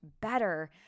better